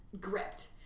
gripped